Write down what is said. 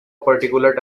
particular